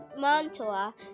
mantua